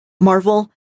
Marvel